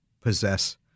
possess